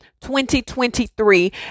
2023